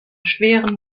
schweren